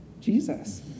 Jesus